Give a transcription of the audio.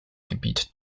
gebiet